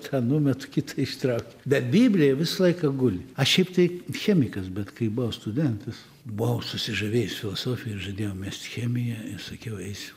tą numetu kitą ištraukiu bet biblija visą laiką guli aš šiaip tai chemikas bet kai buvau studentas buvau susižavęs filodofija ir žadėjau mest chemiją ir sakiau eisiu